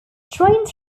trains